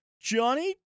Johnny